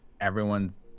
everyone's